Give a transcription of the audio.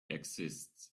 exists